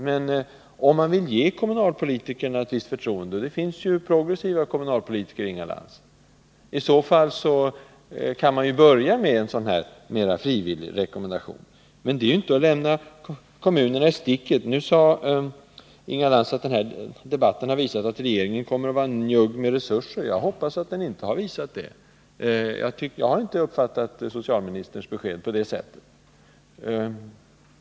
Men om man vill ge kommunalpolitikerna ett visst förtroende — och det finns ju, Inga Lantz, progressiva kommunalpolitiker — kan man ju börja med en rekommendation. Det är inte att lämna kommunerna i sticket. Inga Lantz ansåg att den här debatten har visat att regeringen kommer att vara njugg med resurser. Jag hoppas att debatten inte har visat det. Jag har inte uppfattat socialministerns besked på det sättet.